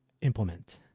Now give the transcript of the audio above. implement